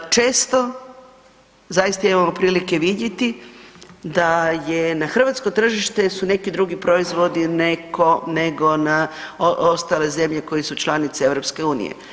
Često zaista imamo prilike vidjeti da je na hrvatsko tržište su neki drugi proizvodi nego na ostale zemlje koje su članice EU.